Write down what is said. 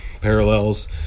parallels